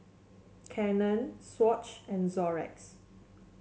Canon Swatch and Xorex